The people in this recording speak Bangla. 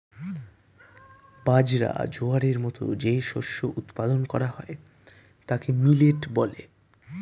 বাজরা, জোয়ারের মতো যে শস্য উৎপাদন করা হয় তাকে মিলেট বলে